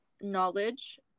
knowledge